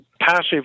passive